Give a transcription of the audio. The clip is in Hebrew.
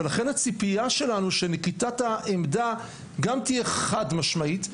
ולכן הציפייה שלנו שנקיטת העמדה גם תהיה חד משמעית,